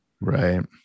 Right